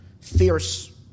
fierce